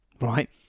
Right